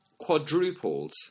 quadrupled